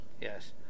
Yes